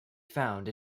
found